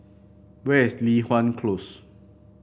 where is Li Hwan Close